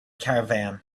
caravan